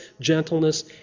gentleness